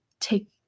take